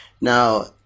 Now